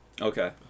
Okay